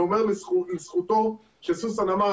ייאמר לזכותו שסוסן אמר,